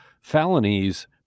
felonies